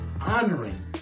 honoring